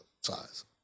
size